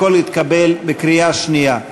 הכול התקבל בקריאה שנייה.